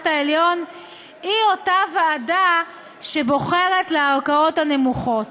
העליון היא אותה ועדה שבוחרת לערכאות הנמוכות.